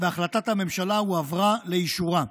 והחלטת הממשלה הועברה לאישורה.